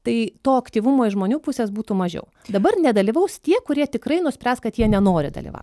tai to aktyvumo iš žmonių pusės būtų mažiau dabar nedalyvaus tie kurie tikrai nuspręs kad jie nenori dalyvaut